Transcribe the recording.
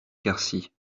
quercy